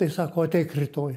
tai sako ateik rytoj